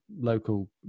local